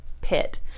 pit